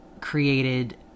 created